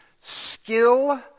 skill